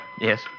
Yes